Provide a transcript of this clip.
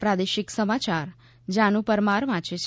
પ્રાદેશિક સમાચાર જાનુ પરમાર વાંચે છે